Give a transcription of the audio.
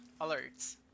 alerts